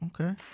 okay